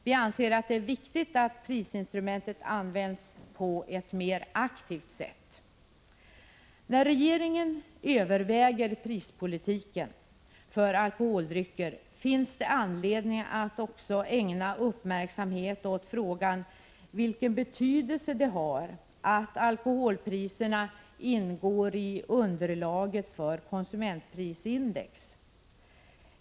Vi anser att det är viktigt att prisinstrumentet används på ett mer aktivt sätt. När regeringen överväger prispolitiken beträffande alkoholdrycker finns det anledning att också ägna uppmärksamhet åt frågan vilken betydelse det har att alkoholpriserna ingår i underlaget för konsumentprisindex.